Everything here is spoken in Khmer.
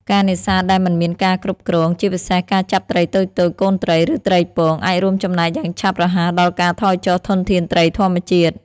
ការនេសាទដែលមិនមានការគ្រប់គ្រង ជាពិសេសការចាប់ត្រីតូចៗ កូនត្រី ឬត្រីពង អាចរួមចំណែកយ៉ាងឆាប់រហ័សដល់ការថយចុះធនធានត្រីធម្មជាតិ។